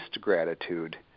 gratitude